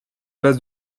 base